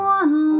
one